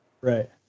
Right